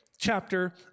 chapter